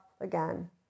again